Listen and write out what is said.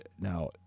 Now